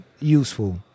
useful